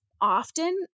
often